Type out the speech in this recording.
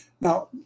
Now